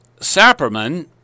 Sapperman